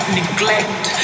neglect